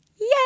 Yay